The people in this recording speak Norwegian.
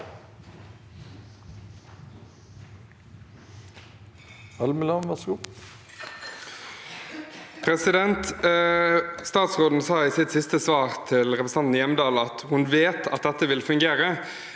Statsråden sa i sitt siste svar til representanten Hjemdal at hun vet at dette vil fungere,